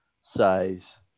size